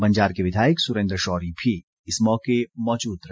बंजार के विधायक सुरेन्द्र शौरी भी इस मौके मौजूद रहे